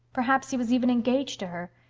perhaps he was even engaged to her.